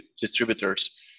distributors